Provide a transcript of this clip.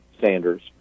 Sanders